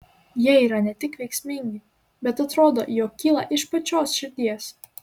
jie yra ne tik veiksmingi bet atrodo jog kyla iš pačios širdies